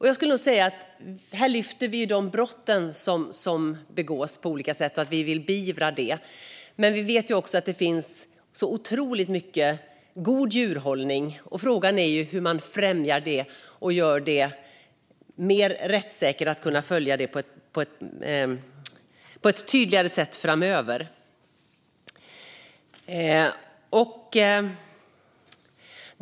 Jag skulle nog säga att vi här lyfter de brott som på olika sätt begås och att vi vill beivra dem, men vi vet också att det finns otroligt mycket god djurhållning. Frågan är hur man främjar detta och gör det mer rättssäkert att kunna följa det som gäller på ett tydligare sätt framöver.